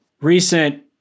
recent